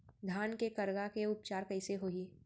धान के करगा के उपचार कइसे होही?